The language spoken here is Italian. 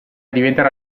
diventerà